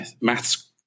maths